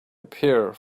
appear